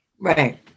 Right